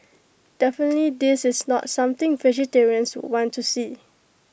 definitely this is not something vegetarians would want to see